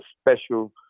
special